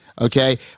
Okay